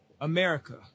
America